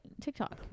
tiktok